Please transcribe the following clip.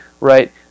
right